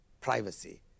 privacy